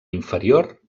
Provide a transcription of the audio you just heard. inferior